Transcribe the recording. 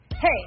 Hey